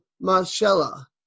Marcella